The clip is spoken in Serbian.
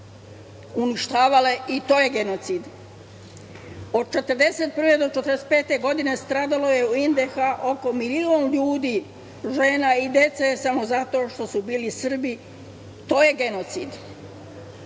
uništavali. I to je genocid. Od 1941. do 1945. godine stradalo je u NDH oko milion ljudi, žena i dece samo zato što su bili Srbi. To je genocid. Sada